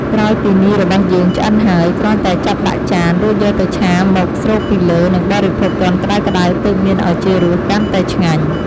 ក្រោយពីមីរបស់យើងឆ្អិនហើយ គ្រាន់តែចាប់ដាក់ចាន រួចយកទឹកឆាមកស្រូបពីលើ និងបរិភោគទាន់ក្តៅៗទើបមានឱជារសកាន់ឆ្ងាញ់។